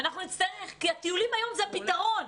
הטיולים היום זה הפתרון.